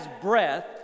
breath